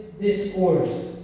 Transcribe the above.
discourse